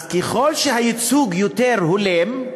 אז ככל שהייצוג יותר הולם,